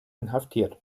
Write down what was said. inhaftiert